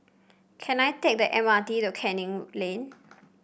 can I take the M R T to Canning Lane